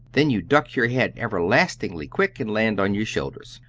then you duck your head everlastingly quick and land on your shoulders.